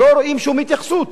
לא רואים שום התייחסות.